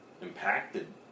impacted